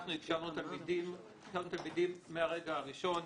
אנחנו הקשבנו לתלמידים מהרגע הראשון.